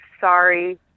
Sorry